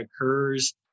occurs